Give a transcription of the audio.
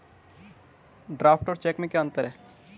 Draft और check में क्या अंतर है?